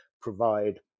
provide